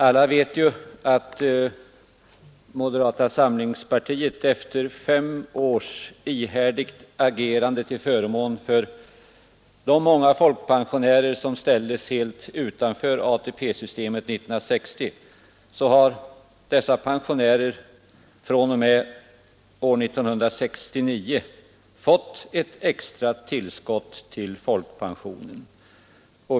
Alla vet att moderata samlingspartiet under fem år ihärdigt agerat till förmån för de många folkpensionärer som ställdes helt utanför ATP-systemet 1960. Från och med år 1969 har dessa pensionärer fått ett extra tillskott till folkpensionen.